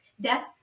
death